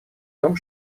том